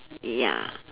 ya